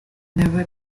never